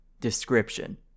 description